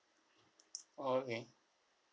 oh okay